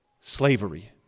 slavery